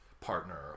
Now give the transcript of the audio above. partner